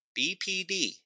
BPD